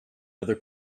other